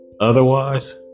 otherwise